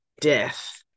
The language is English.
death